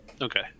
Okay